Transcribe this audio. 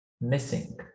missing